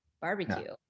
barbecue